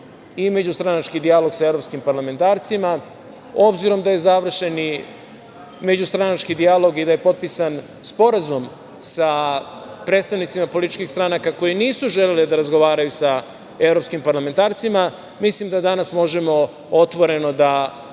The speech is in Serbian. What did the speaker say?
i međustranački dijalog sa evropskim parlamentarcima, obzirom da je završen i međustranački dijalog i da je potpisan sporazum sa predstavnicima političkih stranaka koji nisu želeli da razgovaraju sa evropskim parlamentarcima, mislim da danas možemo otvoreno da